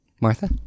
Martha